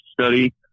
study